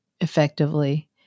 effectively